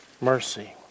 Mercy